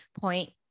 point